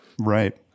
right